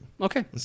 Okay